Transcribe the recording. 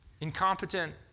incompetent